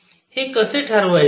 हे कसे ठरवायचे